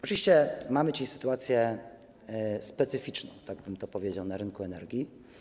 Oczywiście mamy dzisiaj sytuację specyficzną, tak bym to określił, na rynku energii.